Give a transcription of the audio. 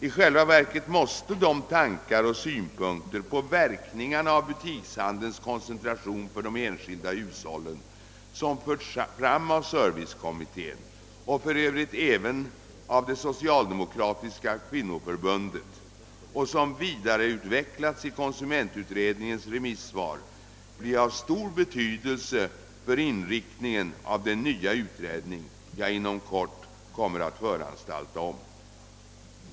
I själva verket måste de tankar och synpunkter på verkningarna för de enskilda hushållen av butikshandelns koncentration, som anförts av servicekommittén och för övrigt även av det socialdemokratiska kvinnoförbundet och som vidareutvecklats i konsumentutredningens remissvar, bli av stor betydelse för inriktningen av den nya utredning jag inom kort kommer att föranstalta om.